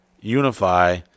unify